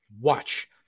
Watch